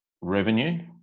revenue